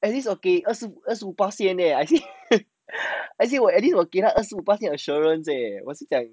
at least okay 二十二十五八仙 eh actually at least 我给他二十五八仙那个 assurance 我就讲